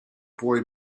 boy